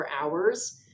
hours